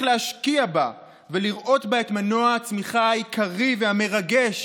להשקיע בה ולראות בה את מנוע הצמיחה העיקרי והמרגש